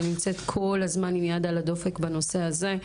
ונמצאת כל הזמן עם היד על הדופק בנושא הזה.